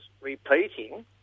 repeating